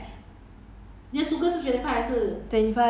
都没有 ice liao